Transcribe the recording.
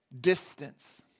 distance